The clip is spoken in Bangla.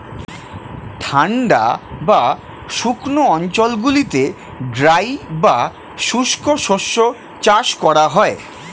ঠান্ডা বা শুকনো অঞ্চলগুলিতে ড্রাই বা শুষ্ক শস্য চাষ করা হয়